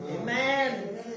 Amen